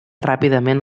ràpidament